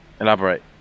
Elaborate